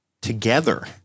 together